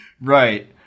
Right